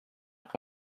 pour